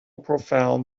profound